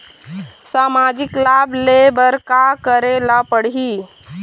सामाजिक लाभ ले बर का करे ला पड़ही?